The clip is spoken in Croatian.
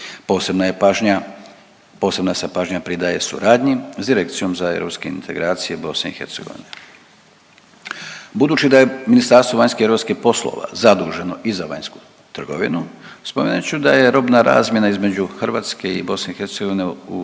posebna se pažnja pridaje suradnji s Direkcijom za europske integracije BiH. Budući da je Ministarstvo vanjskih i europskih poslova zaduženo i za vanjsku trgovinu, spomenut ću da je robna razmjena između Hrvatske i BiH u toj godini